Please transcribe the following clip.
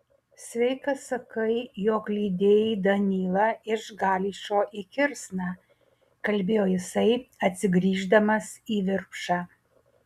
sveikas sakai jog lydėjai danylą iš galičo į kirsną kalbėjo jisai atsigrįždamas į virpšą